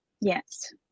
Yes